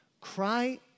Cry